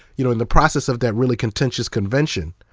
you know in the process of that really contentious convention,